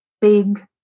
big